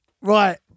Right